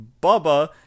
Bubba